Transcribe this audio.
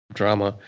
drama